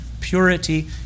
purity